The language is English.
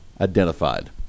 identified